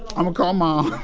um ah call mom.